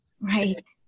Right